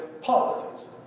policies